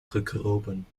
gekropen